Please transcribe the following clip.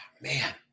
Man